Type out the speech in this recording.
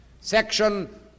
Section